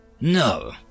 No